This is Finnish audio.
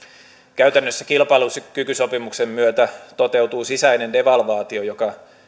käytännössä kilpailukykysopimuksen myötä toteutuu sisäinen devalvaatio joka